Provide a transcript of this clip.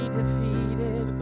defeated